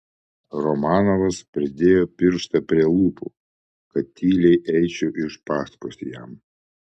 romanovas pridėjo pirštą prie lūpų kad tyliai eičiau iš paskos jam